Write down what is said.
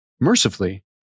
Mercifully